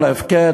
הכול הפקר,